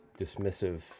dismissive